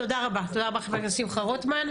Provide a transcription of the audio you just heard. תודה רבה, תודה רבה, חבר הכנסת, שמחה רוטמן.